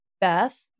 Beth